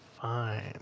fine